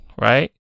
right